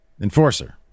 Enforcer